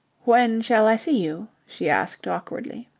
when shall i see you? she asked awkwardly.